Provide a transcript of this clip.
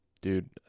dude